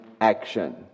action